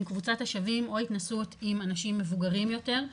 קבוצת השווים או התנסות עם אנשים מבוגרים יותר,